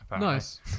Nice